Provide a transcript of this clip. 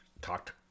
talked